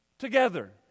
together